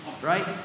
Right